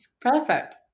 perfect